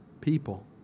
people